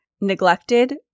neglected